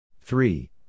Three